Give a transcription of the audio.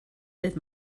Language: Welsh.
dydd